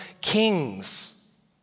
kings